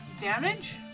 Damage